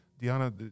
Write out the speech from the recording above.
Diana